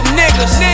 niggas